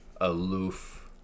aloof